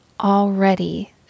already